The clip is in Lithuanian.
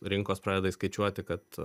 rinkos pradeda įskaičiuoti kad